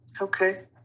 Okay